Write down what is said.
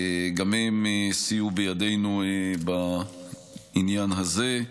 גם הם סייעו בידינו בעניין הזה,